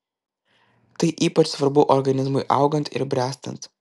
tai ypač svarbu organizmui augant ir bręstant